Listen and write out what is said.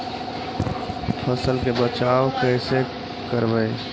फसल के बचाब कैसे करबय?